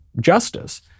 justice